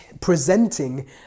presenting